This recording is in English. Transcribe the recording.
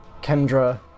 Kendra